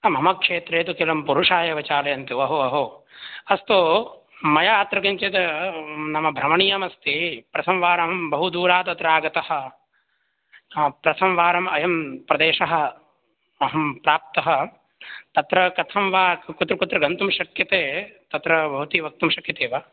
हा मम क्षेत्रे तु केवलं पुरुषाः एव चालयन्ति अहो अहो अस्तु मया अत्र किञ्चित् नाम भ्रमणीयमस्ति प्रथमवारं बहु दूरात् अत्र आगतः हा प्रथमवारम् अयं प्रदेशः अहं प्राप्तः तत्र कथं वा कुत्र कुत्र गन्तुं शक्यते तत्र भवती वक्तुं शक्यते वा